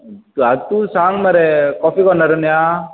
तूं आतां तूं सांग मरे कॉफी कॉनरान या